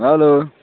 hello